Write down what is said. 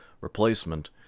replacement